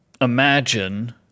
imagine